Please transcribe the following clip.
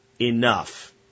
enough